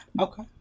Okay